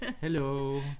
Hello